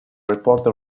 reported